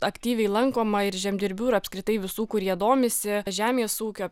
aktyviai lankoma ir žemdirbių ir apskritai visų kurie domisi žemės ūkiu